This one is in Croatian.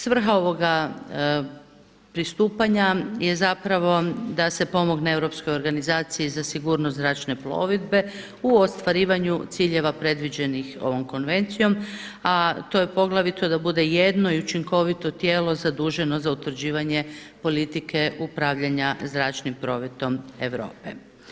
Svrha ovoga pristupanja je da se pomogne Europskoj organizaciji za sigurnost zračne plovidbe u ostvarivanju ciljeva predviđenih ovom konvencijom, a to je poglavito da bude jedno i učinkovito tijelo zaduženo za utvrđivanje politike upravljanja zračnim prometom Europe.